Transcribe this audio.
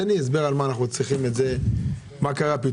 תן לי הסבר לשם מה אנחנו צריכים את זה ומה קרה.